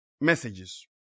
messages